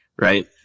Right